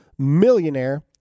millionaire